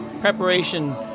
preparation